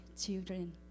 children